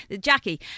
Jackie